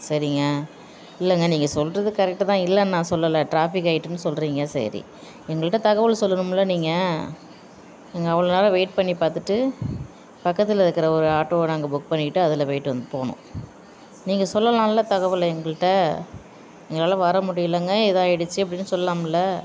சரிங்க இல்லைங்க நீங்கள் சொல்கிறது கரெக்ட் தான் இல்லைன்னு நான் சொல்லலை டிராஃபிக் ஆயிட்டும்னு சொல்கிறீங்க சரி எங்கள்கிட்ட தகவல் சொல்லனும்ல நீங்கள் இங்கே அவ்வளோ நேரம் வெயிட் பண்ணி பார்த்துட்டு பக்கத்தில் இருக்கிற ஒரு ஆட்டோவை நாங்கள் புக் பண்ணிட்டு அதில் போய்ட்டு வந்து போனோம் நீங்கள் சொல்லலாம்ல தகவல் எங்கள்கிட்ட எங்களால் வர முடியலைங்க இதாகிடுச்சி அப்படின்னு சொல்லலாம்ல